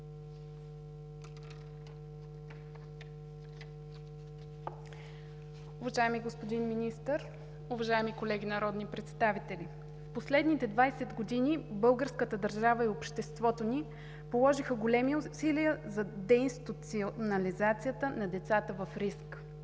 Уважаеми господин Министър, уважаеми колеги народни представители! През последните 20 години българската държава и обществото ни положиха големи усилия за деинституционализацията на децата в риск.